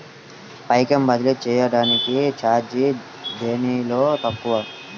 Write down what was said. పైకం బదిలీ చెయ్యటానికి చార్జీ దేనిలో తక్కువ?